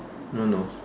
no no